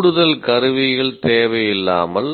கூடுதல் கருவிகள் தேவையில்லாமல்